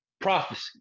prophecy